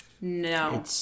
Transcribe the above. No